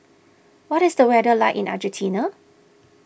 what is the weather like in Argentina